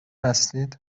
هستید